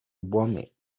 vomit